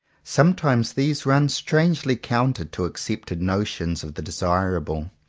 sometimes these run strangely counter to accepted notions of the desirable.